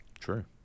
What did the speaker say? True